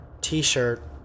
T-shirt